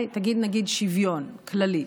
נגיד שוויון כללי,